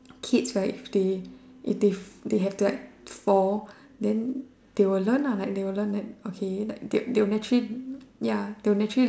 kids right they they they have to like fall then they will learn lah like they will learn then okay like they they will naturally ya they will naturally learn like